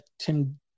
Tim